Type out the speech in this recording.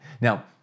Now